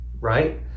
right